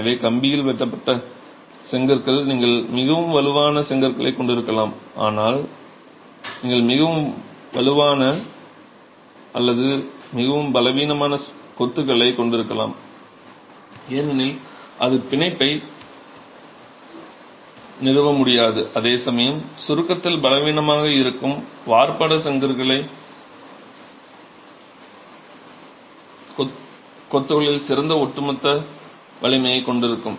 எனவே கம்பி வெட்டப்பட்ட செங்கற்களால் நீங்கள் மிகவும் வலுவான செங்கற்களைக் கொண்டிருக்கலாம் ஆனால் நீங்கள் மிகவும் வலுவான அல்லது மிகவும் பலவீனமான கொத்துகளைக் கொண்டிருக்கலாம் ஏனெனில் அது பிணைப்பை நிறுவ முடியாது அதேசமயம் சுருக்கத்தில் பலவீனமாக இருக்கும் வார்ப்பட செங்கற்கள் கொத்துகளில் சிறந்த ஒட்டுமொத்த வலிமையைக் கொண்டிருக்கும்